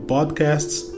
Podcasts